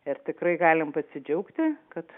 ir tikrai galim pasidžiaugti kad